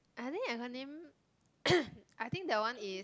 I think acronym I think that one is